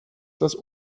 das